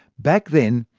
back then,